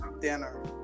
dinner